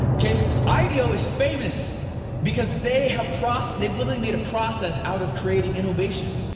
okay, ideo is famous because they have proc they've literally made a process out of creating innovation.